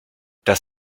das